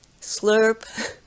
slurp